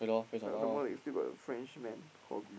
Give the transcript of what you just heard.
some some more they still got the French man called Gri~